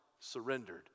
surrendered